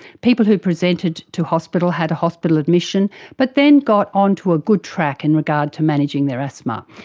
people who presented to hospital, had a hospital admission but then got onto a good track in regard to managing their asthma.